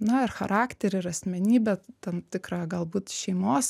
na ir charakterį ir asmenybę tam tikrą galbūt šeimos